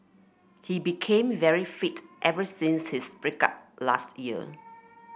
he became very fit ever since his break up last year